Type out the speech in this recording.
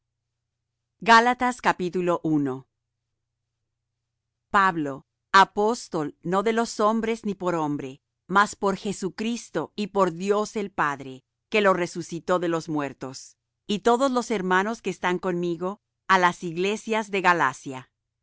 pablo apóstol no de los hombres ni por hombre mas por jesucristo y por dios el padre que lo resucitó de los muertos y todos los hermanos que están conmigo á las iglesias de galacia